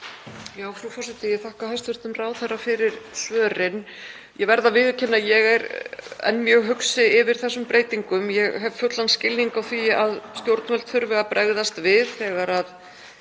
Frú forseti. Ég þakka hæstv. ráðherra fyrir svörin. Ég verð að viðurkenna að ég er enn mjög hugsi yfir þessum breytingum. Ég hef fullan skilning á því að stjórnvöld þurfi að bregðast við þegar